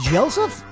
Joseph